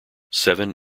seven